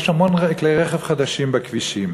יש המון כלי רכב חדשים בכבישים.